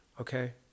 okay